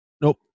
nope